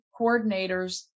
coordinators